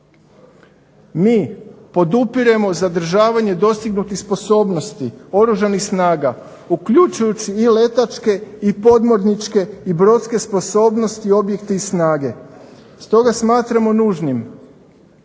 Mi podupiremo zadržavanje dostignutih sposobnosti Oružanih snaga uključujući i letačke, i podmorničke i brodske sposobnosti, objekte i snage. Stoga smatramo nužnim